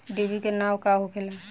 डिभी के नाव का होखेला?